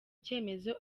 cyemezo